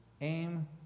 aim